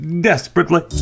desperately